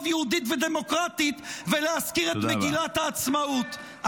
"יהודית ודמוקרטית" ולהזכיר את מגילת העצמאות.